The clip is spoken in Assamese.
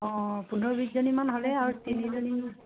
অঁ পোন্ধৰ বিছজনীমান হ'লে আৰু তিনিজনী